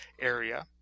area